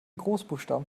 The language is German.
großbuchstaben